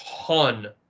ton